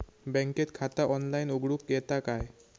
बँकेत खाता ऑनलाइन उघडूक येता काय?